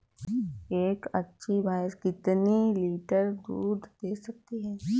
एक अच्छी भैंस कितनी लीटर दूध दे सकती है?